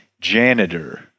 janitor